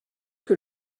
que